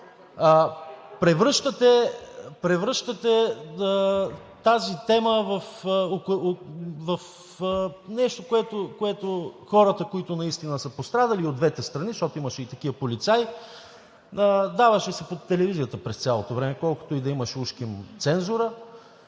превръщате тази тема в нещо, което хората, които наистина са пострадали и от двете страни, защото имаше и такива полицаи, даваше се по телевизията през цялото време – колкото и да имаше ужким цензура,